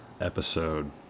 episode